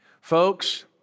Folks